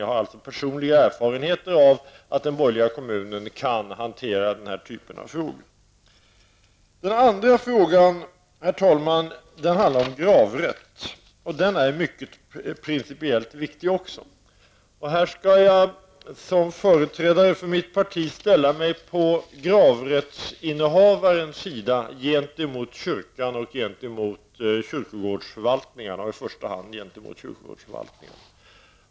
Jag har alltså personliga erfarenheter av att den borgerliga kommunen kan hantera den här typen av frågor. Herr talman! Den andra frågan handlar om gravrätt, och den är också principiellt mycket viktig. Som företrädare för mitt parti skall jag här ställa mig på gravrättsinnehavarens sida gentemot kyrkan, och i första hand gentemot kyrkogårdsförvaltningarna.